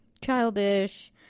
childish